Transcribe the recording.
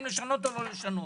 אם לשנות או לשנות.